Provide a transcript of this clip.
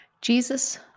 Jesus